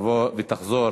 (כשירות נפשית),